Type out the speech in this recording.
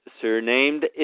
surnamed